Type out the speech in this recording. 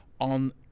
on